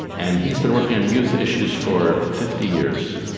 and he's been working on youth issues for fifty years.